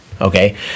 Okay